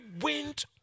wind